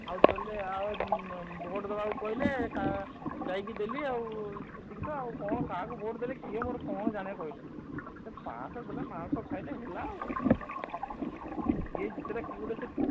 ଆଉ ଦେଲେ ଭୋଟ୍ ଦେବାକୁ କହିଲେ ଯାଇକି ଦେଲି ଆଉ ସେତିକିତ କ'ଣ କାହାକୁ ଭୋଟ ଦେଲି କିଏ ମୋର କ'ଣ ଜଣେ କହିଲେ ସେ ମାଂସ ଦେଲେ ମାଂସ ଖାଇଲେ ହେଲା ଆଉ ସେ କ'ଣ ଅଛି ସେ କିଏ ଜିତିଲା କିଏ ଗୋଟେ ସେ